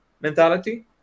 mentality